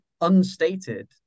unstated